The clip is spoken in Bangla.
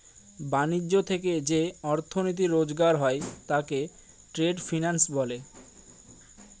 ব্যাণিজ্য থেকে যে অর্থনীতি রোজগার হয় তাকে ট্রেড ফিন্যান্স বলে